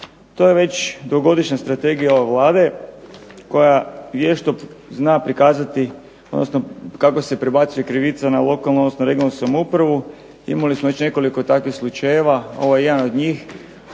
To je već dugogodišnja strategija ove Vlade koja vješto zna prikazati kako se prebacuje krivica na lokalnu odnosno regionalnu samoupravu. Imali smo već nekoliko takvih slučajeva, ovo je jedan od njih.